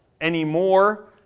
anymore